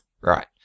Right